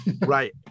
Right